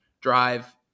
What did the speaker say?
drive